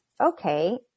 Okay